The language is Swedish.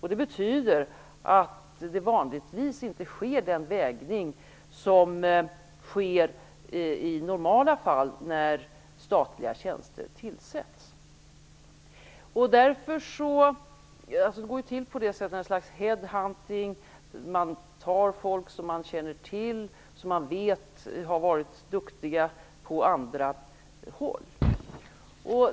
Det betyder att den vägning som sker i normala fall när statliga tjänster tillsätts vanligtvis inte sker. Det är ett slags head hunting. Man tar folk som man känner till och som man vet har varit duktiga på andra håll.